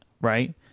right